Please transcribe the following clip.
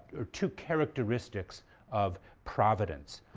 or two characteristics of providence.